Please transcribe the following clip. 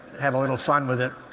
have a little fun with it.